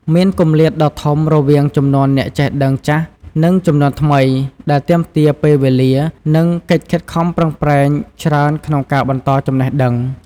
មានគម្លាតដ៏ធំរវាងជំនាន់អ្នកចេះដឹងចាស់ និងជំនាន់ថ្មី ដែលទាមទារពេលវេលា និងកិច្ចខិតខំប្រឹងប្រែងច្រើនក្នុងការបន្តចំណេះដឹង។